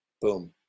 Boom